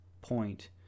point